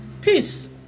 peace